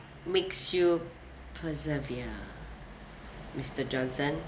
makes you persevere mister johnson